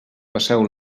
passeu